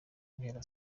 guhera